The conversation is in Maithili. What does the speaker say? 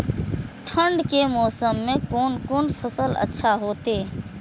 ठंड के मौसम में कोन कोन फसल अच्छा होते?